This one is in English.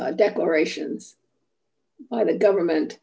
declarations by the government